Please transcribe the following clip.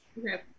Okay